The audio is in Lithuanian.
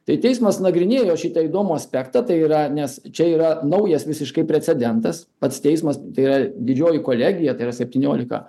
tai teismas nagrinėjo šitą įdomų aspektą tai yra nes čia yra naujas visiškai precedentas pats teismas tai yra didžioji kolegija tai yra septyniolika